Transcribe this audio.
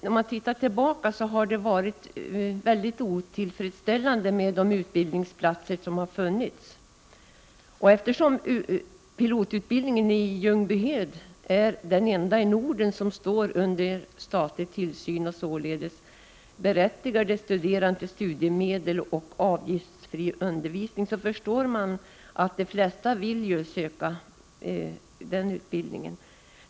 När man tittar tillbaka, har det varit mycket otillfredsställande med de utbildningsplatser som har funnits. Eftersom pilotutbildningen i Ljungbyhed är den enda i Norden som står under statlig tillsyn och således berättigar de studerande till studiemedel och avgiftsfri undervisning, förstår man att de flesta vill söka den utbildningen.